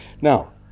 Now